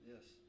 Yes